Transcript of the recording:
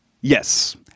Yes